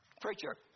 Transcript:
preacher